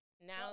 Now